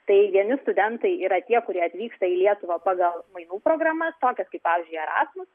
tai vieni studentai yra tie kurie atvyksta į lietuvą pagal mainų programas tokias kaip pavyzdžiui erasmus